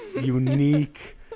unique